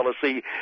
policy